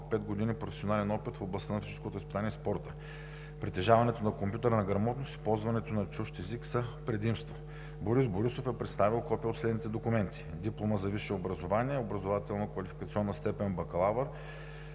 години професионален опит в областта на физическото образование и спорта. Притежаването на компютърна грамотност и ползването на чужд език са предимство. Борис Борисов е представил копие от следните документи: диплома за висше образование с образователна квалификационна степен „бакалавър“,